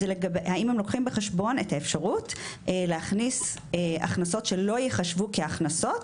זה האם הם לוקחים בחשבון את האפשרות להכניס הכנסות שלא ייחשבו כהכנסות.